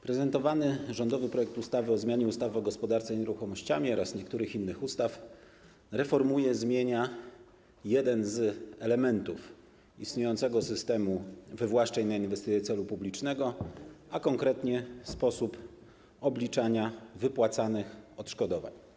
Prezentowany rządowy projekt ustawy o zmianie ustawy o gospodarce nieruchomościami oraz niektórych innych ustaw reformuje, zmienia jeden z elementów istniejącego systemu wywłaszczeń na inwestycje celu publicznego, a konkretnie zmienia sposób obliczania wypłacanych odszkodowań.